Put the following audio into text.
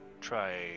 try